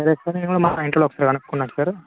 సరే సార్ మా ఇంట్లో ఒకసారి కనుక్కుంటాను సార్